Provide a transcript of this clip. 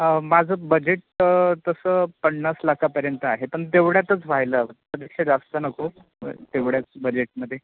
माझं बजेट तसं पन्नास लाखापर्यंत आहे पण तेवढ्यातच व्हायला हव त्यापेक्षा जास्त नको तेवढ्याच बजेटमध्ये